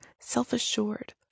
self-assured